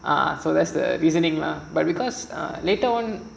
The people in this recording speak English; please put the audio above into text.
ah so that's the reasoning lah but because later on